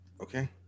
Okay